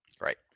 Right